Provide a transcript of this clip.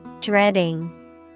dreading